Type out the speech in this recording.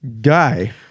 guy